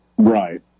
Right